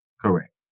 Correct